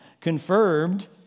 confirmed